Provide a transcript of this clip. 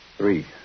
Three